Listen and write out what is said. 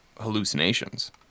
hallucinations